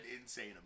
insane